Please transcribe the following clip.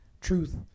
truth